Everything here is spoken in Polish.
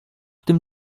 tym